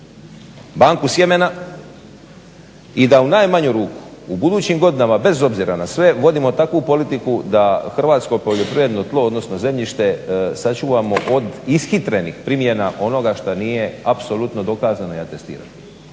banku sjemena i da u najmanju ruku u budućim godinama bez obzira na sve vodimo takvu politiku da hrvatsko poljoprivredno tlo odnosno zemljište sačuvamo od ishitrenih primjena onoga što nije apsolutno dokazano i atestirano.